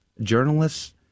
journalists